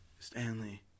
Stanley